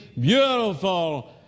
beautiful